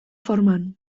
forman